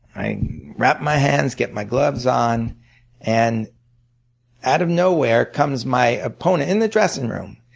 i wrap my hands, get my gloves on and out of nowhere comes my opponent in the dressing room.